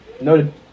noted